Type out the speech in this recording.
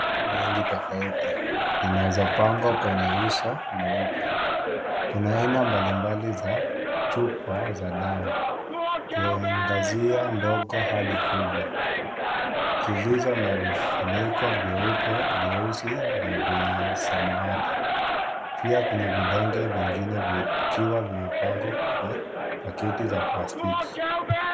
Dawa nyingi tofauti zinazopangwa kwenye uso mweupe . Kuna aina mbalimbali za chupa za dawa , kuangazia ndogo hadi kubwa zilizo na vifuniko vieupe , vieusi na vyenye samawati . Pia kuna vidonge vingine vikiwa vimepangwa kwenye paketi za plastiki.